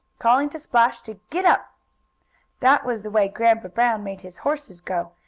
calling to splash to giddap! that was the way grandpa brown made his horses go,